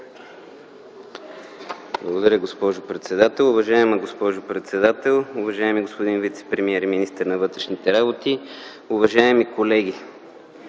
Благодаря, госпожо председател. Уважаема госпожо председател, уважаеми господин вицепремиер и министър на вътрешните работи, уважаеми колеги!